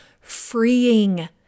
freeing